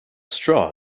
straw